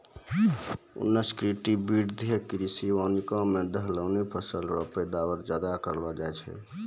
उष्णकटिबंधीय कृषि वानिकी मे दलहनी फसल रो पैदावार ज्यादा करलो जाय छै